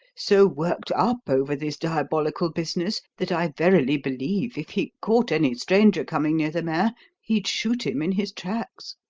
so worked up over this diabolical business, that i verily believe if he caught any stranger coming near the mare he'd shoot him in his tracks.